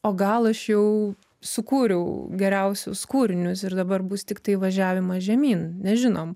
o gal aš jau sukūriau geriausius kūrinius ir dabar bus tiktai važiavimas žemyn nežinom